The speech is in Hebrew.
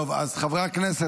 חברי הכנסת,